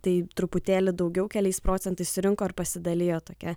tai truputėlį daugiau keliais procentais surinko ir pasidalijo tokia